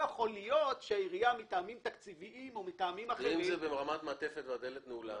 ואם זה ברמת המעטפת והדלת נעולה?